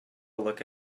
look